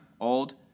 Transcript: old